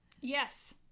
Yes